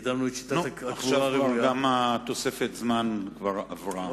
נו, עכשיו גם תוספת הזמן כבר עברה.